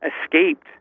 escaped